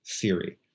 theory